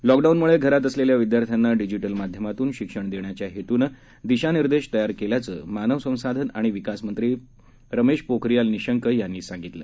लॉकडाऊनम्ळे घरात असलेल्या विद्यार्थ्यांना डिजिटल माध्यमातून शिक्षण देण्याच्या हेतूने दिशानिर्देश तयार केल्याचं मानव संसाधन आणि विकास मंत्री रमेश पोखरीयाल निशंक यांनी सांगितलं